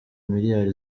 miliyari